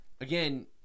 again